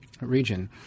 region